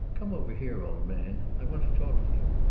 come over here, old man. i want to talk to you.